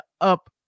up